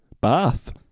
Bath